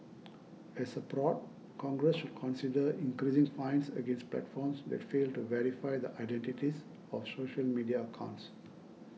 as a prod Congress should consider increasing fines against platforms that fail to verify the identities of social media accounts